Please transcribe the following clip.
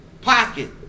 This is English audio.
pocket